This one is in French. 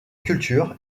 culture